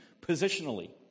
positionally